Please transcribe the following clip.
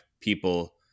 people